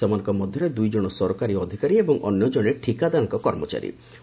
ସେମାନଙ୍କ ମଧ୍ୟରେ ଦୁଇଜଣ ସରକାରୀ ଅଧିକାରୀ ଏବଂ ଅନ୍ୟ ଜଣେ ଠିକାଦାରଙ୍କ କର୍ମଚାରୀ ଅନ୍ତର୍ଭୁକ୍ତ